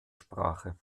sprache